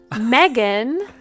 megan